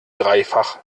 dreifach